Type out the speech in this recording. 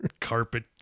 Carpet